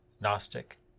gnostic